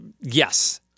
Yes